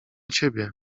ciebie